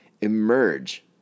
emerge